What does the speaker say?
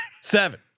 Seven